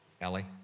Ellie